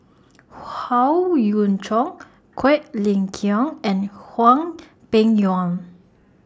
Howe Yoon Chong Quek Ling Kiong and Hwang Peng Yuan